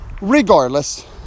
regardless